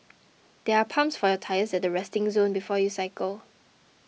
there are pumps for your tyres at the resting zone before you cycle